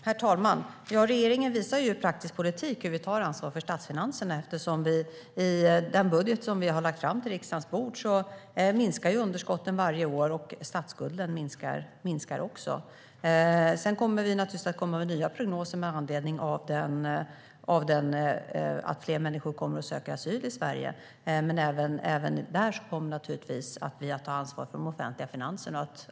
Herr talman! Regeringen visar ju i praktisk politik hur vi tar ansvar för statsfinanserna, eftersom vi i den budget som vi har lagt på riksdagens bord minskar underskotten liksom statsskulden varje år. Sedan kommer vi naturligtvis att komma med nya prognoser med anledning av att fler människor kommer till Sverige för att söka asyl. Även där kommer vi naturligtvis att ta ansvar för de offentliga finanserna.